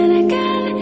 again